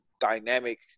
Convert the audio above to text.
dynamic